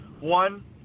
One